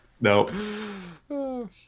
No